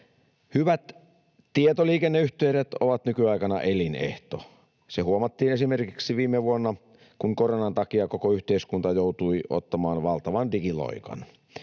Hyvät tietoliikenneyhteydet ovat nykyaikana elinehto. Se huomattiin esimerkiksi viime vuonna, kun koronan takia koko yhteiskunta joutui ottamaan valtavan digiloikan.